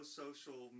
social